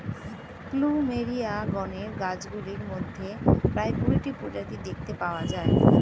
plumeria গণের গাছগুলির মধ্যে প্রায় কুড়িটি প্রজাতি দেখতে পাওয়া যায়